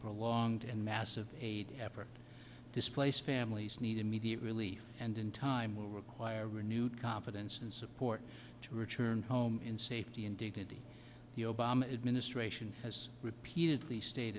prolonged and massive aid effort displaced families need immediate relief and in time will require renewed confidence and support to return home in safety and dignity the obama administration has repeatedly stated